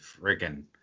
freaking